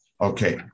Okay